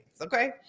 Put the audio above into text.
okay